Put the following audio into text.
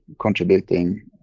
contributing